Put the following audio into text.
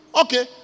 Okay